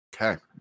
Okay